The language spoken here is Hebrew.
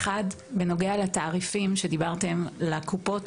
בנוגע לתעריפי הקופות.